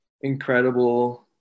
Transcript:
incredible